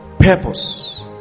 purpose